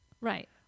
Right